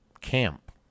camp